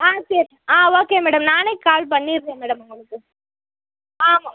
ஆ சரி ஆ okay madam நானே கால் பண்ணிடறேன் மேடம் உங்களுக்கு ஆமாம்